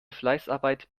fleißarbeit